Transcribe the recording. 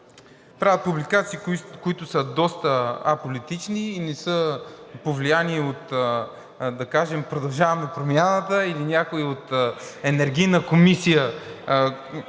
прави публикации, които са доста аполитични и не са повлияни от, да кажем, „Продължаваме Промяната“ или от някои от нашите колеги